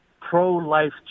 pro-life